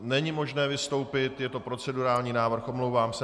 Není možné vystoupit, je to procedurální návrh, omlouvám se .